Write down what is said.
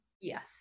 Yes